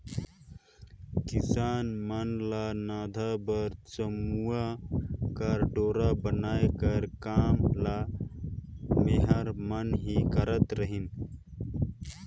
किसान मन ल नाधा बर चमउा कर डोरा बनाए कर काम ल मेहर मन ही करत रहिन